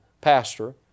pastor